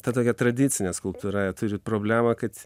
ta tokia tradicinė skulptūra turi problemą kad